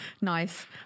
Nice